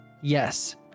Yes